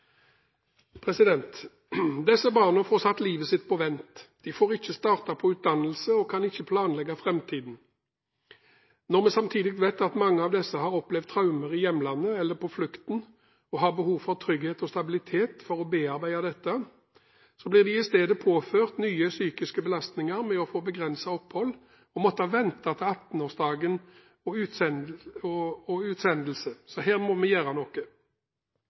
Disse barna får livet sitt satt på vent, de får ikke starte på utdannelse og kan ikke planlegge framtiden. Når vi samtidig vet at mange av disse har opplevd traumer i hjemlandet eller på flukten og har behov for trygghet og stabilitet for å bearbeide dette, men i stedet blir påført nye psykiske belastninger med å få begrenset opphold og måtte vente til 18-årsdagen og utsendelse, må vi gjøre noe. I stedet for å gi dem en framtid sender vi